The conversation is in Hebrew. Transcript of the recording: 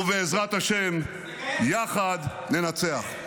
ובעזרת השם יחד ננצח.